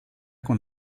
con